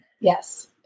Yes